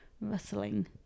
rustling